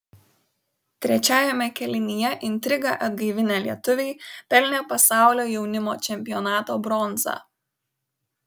trečiajame kėlinyje intrigą atgaivinę lietuviai pelnė pasaulio jaunimo čempionato bronzą